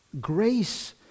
grace